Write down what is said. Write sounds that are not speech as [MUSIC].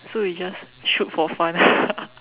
so we just shoot for fun [LAUGHS]